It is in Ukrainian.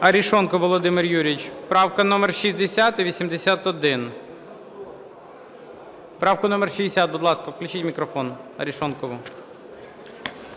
Арешонков Володимир Юрійович, правка номер 60 і 81. Правка номер 60, будь ласка, включіть мікрофон Арешонкову.